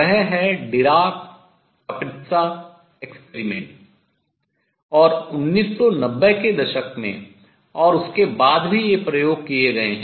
वह है Dirac Kapitsa experiment Dirac Kapitsa प्रयोग और 1990 के दशक में और उसके बाद भी ये प्रयोग किए गए हैं